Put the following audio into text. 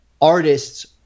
artists